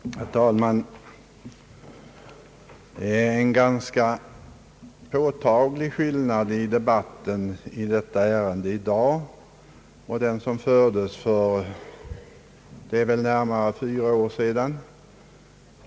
Herr talman! Det är en ganska påtaglig skillnad mellan debatten i detta ärende i dag och den som fördes för närmare fyra år sedan.